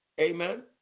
amen